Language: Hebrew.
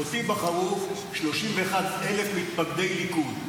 אותי בחרו 31,000 מתפקדי ליכוד.